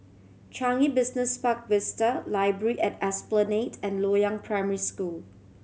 Changi Business Park Vista Library at Esplanade and Loyang Primary School